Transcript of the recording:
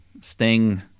sting